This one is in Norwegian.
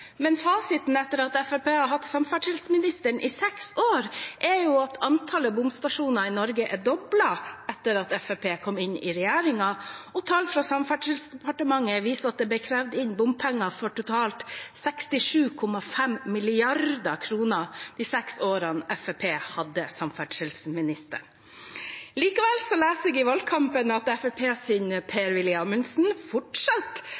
Men fasiten etter at Fremskrittspartiet har hatt samferdselsminister i seks år, er at antallet bomstasjoner i Norge er doblet etter at Fremskrittspartiet kom inn i regjeringen Solberg. Tall fra Samferdselsdepartementet viser at det ble krevd inn bompenger for totalt 67,5 mrd. kr de seks årene Fremskrittspartiet hadde samferdselsministeren. Likevel kunne vi høre i valgkampen at Fremskrittspartiets Per-Willy Amundsen fortsatt